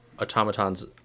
automatons